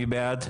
מי בעד?